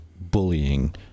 bullying